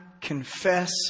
confess